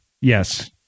Yes